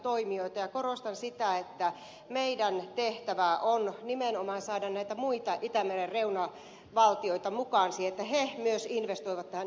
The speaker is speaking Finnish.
korostan sitä että meidän tehtävä on nimenomaan saada näitä muita itämeren reunavaltioita mukaan siihen että he myös investoivat tähän öljyntorjuntakalustoon